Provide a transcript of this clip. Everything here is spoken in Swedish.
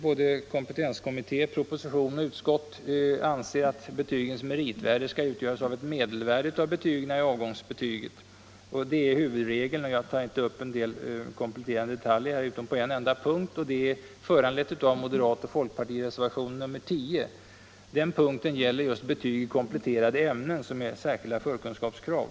Både kompetenskommittén, regeringen och utskottet anser att betygens meritvärde skall utgöras av ett medeltal av betygen i avgångsbetyget. Det är huvudregeln, och jag tar inte upp några kompletterande detaljer utom på en enda punkt, där moderata samlingspartiet och folkpartiet har en reservation, nr 10. Den punkten gäller betyg i kompletterande ämnen som är särskilda förkunskapskrav.